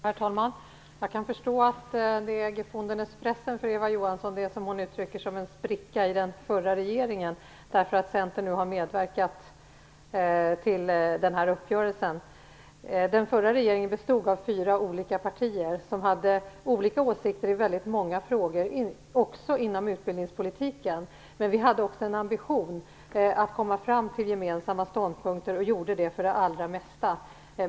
Herr talman! Jag kan förstå att den spricka i den förra regeringen som Eva Johansson nu söker efter, när Centern har medverkat till den här uppgörelsen, är gefundenes Fressen för henne. Den förra regeringen bestod av fyra olika partier, som hade olika åsikter i väldigt många frågor, också inom utbildningspolitiken, men vi hade också en ambition att komma fram till gemensamma ståndpunkter och gjorde det också för det allra mesta.